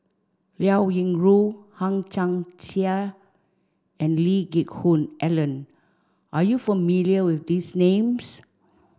Liao Yingru Hang Chang Chieh and Lee Geck Hoon Ellen are you familiar with these names